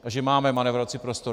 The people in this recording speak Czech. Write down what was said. A že máme manévrovací prostor.